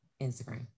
Instagram